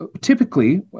Typically